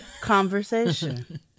conversation